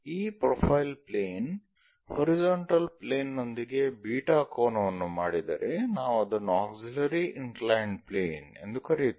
ಈ profile plane horizontal plane ನೊಂದಿಗೆ beta ಕೋನವನ್ನು ಮಾಡಿದರೆ ನಾವು ಅದನ್ನು ಆಕ್ಸಿಲರಿ ಇನ್ಕ್ಲೈನ್ಡ್ ಪ್ಲೇನ್ ಎಂದು ಕರೆಯುತ್ತೇವೆ